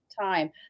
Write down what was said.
time